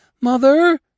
Mother